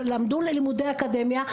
למדו באקדמיה.